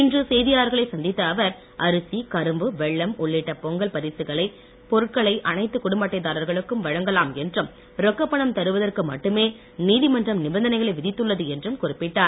இன்று செய்தியாளர்களை சந்தித்த அவர் அரிசி கரும்பு வெல்லம் உள்ளிட்ட பொங்கல் பரிசுப் பொருட்களை அனைத்து குடும்ப அட்டைதாரர்களுக்கும் வழங்கலாம் என்றும் ரொக்கப் பணம் தருவதற்கு மட்டுமே நீதிமன்றம் நிபந்தனைகளை விதித்துள்ளது என்றும் குறிப்பிட்டார்